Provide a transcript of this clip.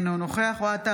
אינו נוכח אוהד טל,